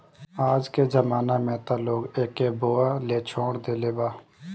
आजके जमाना में त लोग एके बोअ लेछोड़ देले बा